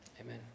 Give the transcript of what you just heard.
Amen